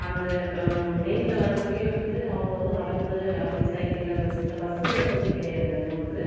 அந்த மெயினில் வரத்துக்கே வந்து அவங்க வந்து நடந்து அப்படி சைக்கிளில் பஸ் பஸ்ஸு வசதி கிடையாது அந்த ஊருக்கு